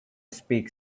speak